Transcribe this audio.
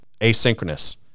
asynchronous